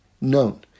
known